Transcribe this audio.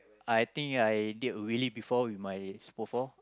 I think I did wheelie before with my super four